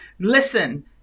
Listen